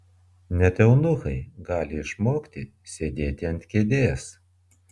net eunuchai gali išmokti sėdėti ant kėdės